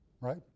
right